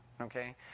okay